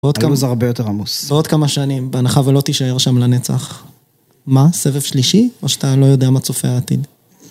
זה הרבה יותר עמוס. בעוד כמה שנים, בהנחה, ולא תישאר שם לנצח. מה? סבב שלישי? או שאתה לא יודע מה צופה העתיד?